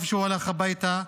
טוב שהוא הלך הביתה.